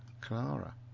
Clara